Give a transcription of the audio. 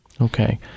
Okay